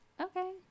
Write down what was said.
okay